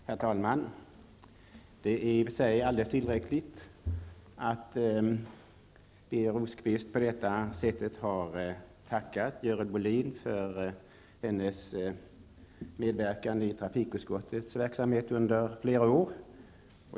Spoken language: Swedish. Herr talman! Det är i och för sig alldeles tillräckligt att Birger Rosqvist på detta sätt har tackat Görel Bohlin för hennes medverkan i trafikutskottets verksamhet under flera år.